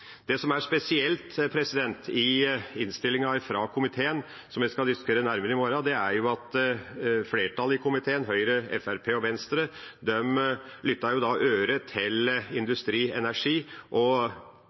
Det som er spesielt i innstillinga fra komiteen, som vi skal diskutere nærmere i morgen, er at flertallet i komiteen – Høyre, Fremskrittspartiet og Venstre – lyttet til Norsk Industri og Norsk olje og gass, og ikke til